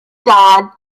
dodd